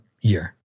year